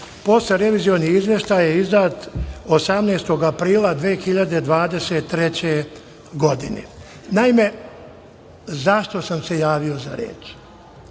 Poslerevizioni izveštaj je izdat 18. aprila 2023. godine. Naime, zašto sam se javio za reč?